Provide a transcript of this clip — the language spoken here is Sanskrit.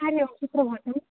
हरिः ओम् सुप्रभातम्